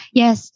yes